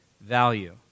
value